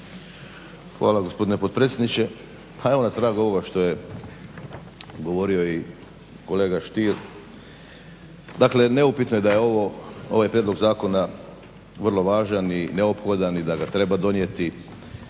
Hvala gospodine potpredsjedniče. Pa evo na tragu ovoga što je govorio i kolega Stier, dakle neupitno je da je ovo, ovaj prijedlog zakona vrlo važan i neophodan i da ga treba donijeti